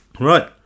right